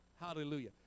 Hallelujah